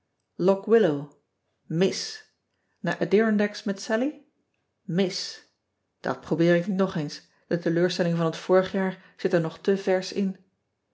ock illow is aar dirondacks met allie is at probeer ik niet nog eens de teleurstelling van het vorig jaar zit er nog te verschin un